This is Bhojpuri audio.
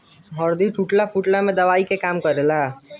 हरदी टूटला फुटला में दवाई के काम करेला